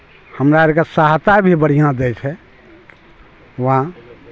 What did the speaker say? हमरा आओरके सहायता भी बढ़िआँ दै छै वहाँ